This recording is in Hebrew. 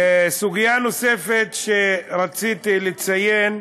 סוגיה נוספת שרציתי לציין,